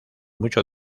mucho